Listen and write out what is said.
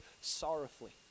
sorrowfully